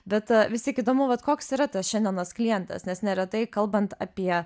bet vis tik įdomu vat koks yra tas šiandienos klientas nes neretai kalbant apie